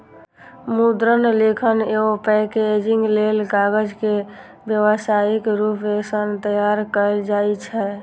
मुद्रण, लेखन एवं पैकेजिंग लेल कागज के व्यावसायिक रूप सं तैयार कैल जाइ छै